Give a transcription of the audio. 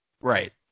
right